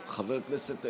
חבריי חברי הכנסת,